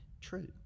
true